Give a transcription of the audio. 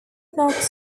knox